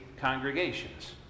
congregations